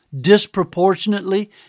disproportionately